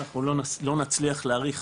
אנחנו לא נצליח להאריך,